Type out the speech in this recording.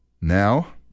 now